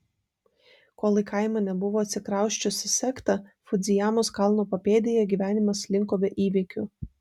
kol į kaimą nebuvo atsikrausčiusi sekta fudzijamos kalno papėdėje gyvenimas slinko be įvykių